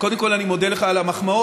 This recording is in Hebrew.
קודם כול, אני מודה לך על המחמאות.